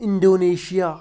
Indonesia